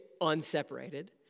unseparated